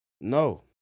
No